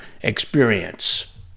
experience